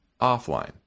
offline